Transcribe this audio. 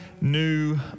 new